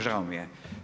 Žao mi je.